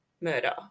murder